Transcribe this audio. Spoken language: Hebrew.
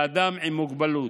באדם עם מוגבלות,